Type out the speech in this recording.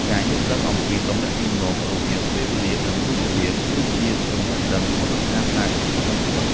ការយល់ដឹងអំពីទំនាក់ទំនងរវាងពេលវេលា និង រូបភាពគឺជាចំណេះដឹងមូលដ្ឋានដែលសំខាន់បំផុត។